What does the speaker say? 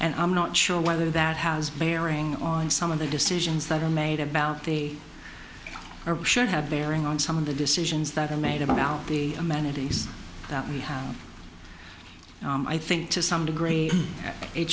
and i'm not sure whether that has bearing on some of the decisions that are made about the or should have bearing on some of the decisions that are made about the amenities that we have i think to some degree it